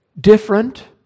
different